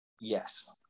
Yes